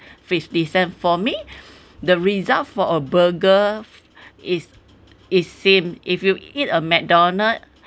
fifty cent for me the result for a burger is is same if you eat a mcdonald